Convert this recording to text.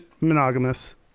monogamous